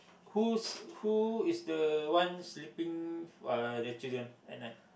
who's who is the one sleeping uh the children at night